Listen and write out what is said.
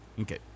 Okay